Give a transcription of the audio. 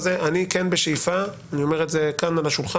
אני בשאיפה אני אומר את זה כאן על השולחן